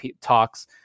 talks